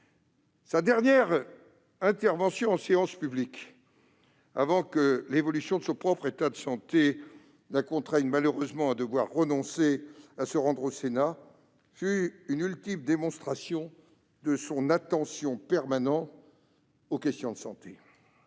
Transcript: Sa dernière intervention en séance publique, avant que l'évolution de son état de santé la contraigne malheureusement à devoir renoncer à se rendre au Sénat, fut une ultime démonstration de son attention permanente aux questions de santé